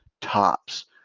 tops